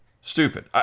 Stupid